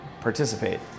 participate